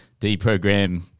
deprogram